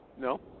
No